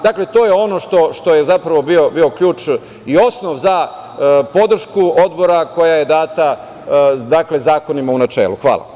Dakle, to je ono što je bio ključ i osnov i za podršku Odbora koja je data zakonima u načelu.